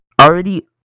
already